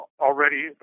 already